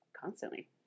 constantly